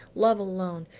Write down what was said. love alone,